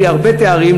יש לי הרבה תארים,